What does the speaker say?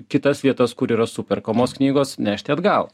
kitas vietas kur yra superkamos knygos nešti atgal